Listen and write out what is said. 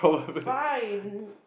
fine